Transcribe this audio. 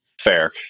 fair